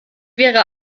wäre